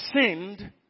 sinned